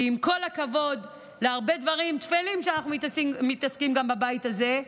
כי עם כל הכבוד להרבה דברים טפלים שאנחנו מתעסקים בהם בבית הזה,